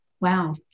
Wow